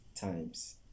times